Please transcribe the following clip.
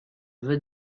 veux